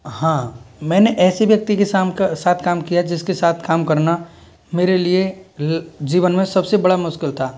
हाँ मैंने ऐसे व्यक्ति के साथ काम किया जिसके साथ काम करना मेरे लिए जीवन में सबसे बड़ा मुश्किल था